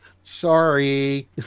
Sorry